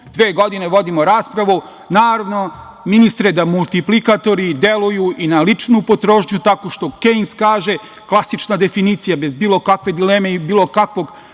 dve godine vodimo raspravu. Naravno, ministre, da multiplikatori deluju i na ličnu potrošnju tako što Kejns kaže, klasična definicija bez bilo kakve dileme i bilo kakvog